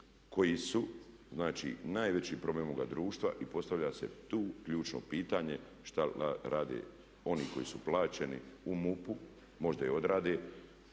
koji su znači najveći problem ovoga društva. I postavlja se tu ključno pitanje što rade oni koji su plaćeni u MUP-u, možda i odrade,